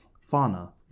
fauna